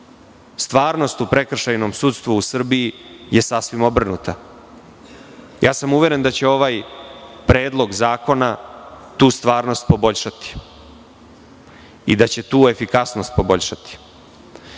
Stvarnost u prekršajnom sudstvu u Srbiji je sasvim obrnuta. Uveren sam da će ovaj predlog zakona tu stvarnost poboljšati i da će tu efikasnost poboljšati.